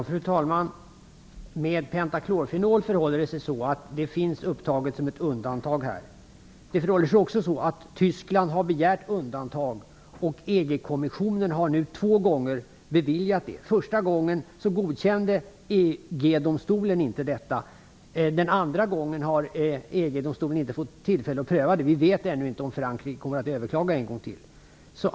Fru talman! Med pentaklorfenol förhåller det sig så att det ämnet finns upptaget som ett undantag. Det förhåller sig också så att Tyskland har begärt undantag, och EG-kommissionen har nu två gånger beviljat det. Första gången godkände EG-domstolen inte det. EG-domstolen har inte fått tillfälle att pröva det andra gången. Vi vet ännu inte om Frankrike kommer att överklaga en gång till.